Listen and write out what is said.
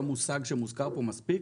לא מושג שמוזכר פה מספיק,